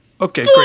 okay